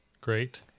Great